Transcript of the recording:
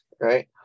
right